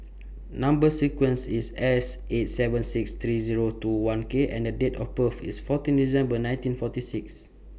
Number sequence IS S eight seven six three Zero two one K and Date of birth IS fourteen December nineteen forty six